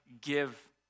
give